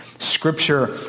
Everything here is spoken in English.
Scripture